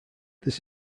this